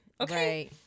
Okay